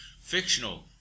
...fictional